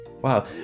wow